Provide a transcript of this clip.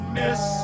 miss